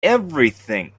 everything